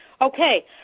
Okay